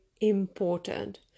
important